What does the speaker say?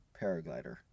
paraglider